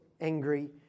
angry